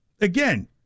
again